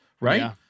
right